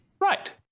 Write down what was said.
Right